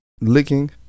licking